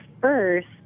first